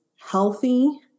healthy